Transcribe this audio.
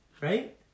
Right